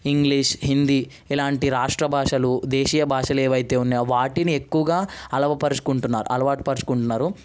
English Hindi ఇలాంటి రాష్ట్ర భాషలు దేశీయ భాషలు ఏవయితే ఉన్నాయో వాటిని ఎక్కువగా అలవపరుచుకుంటున్నారు అలవాటుపరుచుకుంటున్నారు